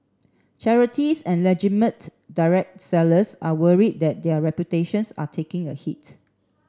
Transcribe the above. charities and legitimate direct sellers are worried that their reputations are taking a hit